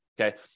Okay